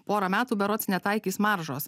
porą metų berods netaikys maržos